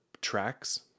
tracks